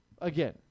again